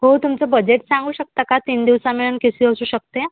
हो तुमचं बजेट सांगू शकता का तीन दिवसाला मिळून किती असू शकते